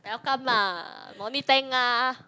welcome lah no need thank ah